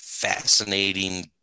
Fascinating